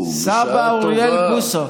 סבא אריאל בוסו.